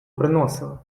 приносили